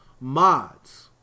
mods